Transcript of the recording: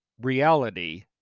reality